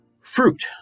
Fruit